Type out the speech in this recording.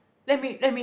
let me let me